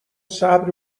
صبر